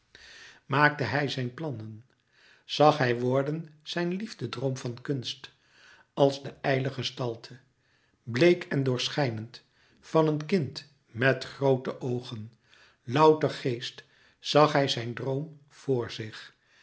maakte hij zijn plannen zag hij worden zijn liefdedroom van kunst als de ijle gestalte bleek en doorschijnend van een kind met groote oogen louter geest zag hij zijn droom voor zich